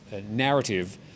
narrative